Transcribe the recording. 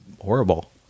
horrible